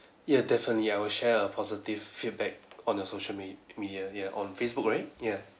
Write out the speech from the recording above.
ya definitely I will share a positive feedback on your social me~ media on facebook right ya